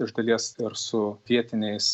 iš dalies ir su vietiniais